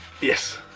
Yes